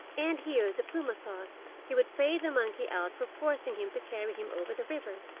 and here the puma thought he would pay the monkey out for forcing him to carry him over the river.